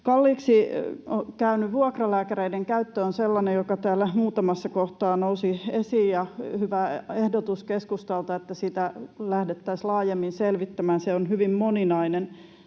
Kalliiksi käynyt vuokralääkäreiden käyttö on sellainen, joka täällä muutamassa kohtaa nousi esiin, ja oli hyvä ehdotus keskustalta, että sitä lähdettäisiin laajemmin selvittämään. Se on hyvin moninaista,